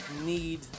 need